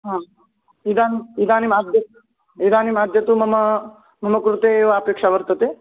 हा इदम् इदानीम् अद्य इदानीम् अद्य तु मम मम कृते एव अपेक्षा वर्तते